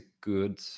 good